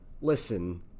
listen